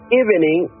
evening